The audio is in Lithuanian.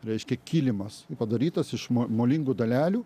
reiškia kilimas padarytas iš molingų dalelių